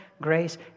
grace